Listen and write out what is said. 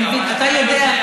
אתה יודע,